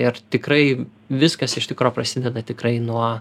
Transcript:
ir tikrai viskas iš tikro prasideda tikrai nuo